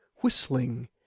whistling